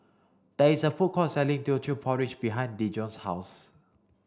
there is a food court selling Teochew porridge behind Dejon's house